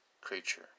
creature